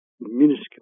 minuscule